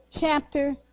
chapter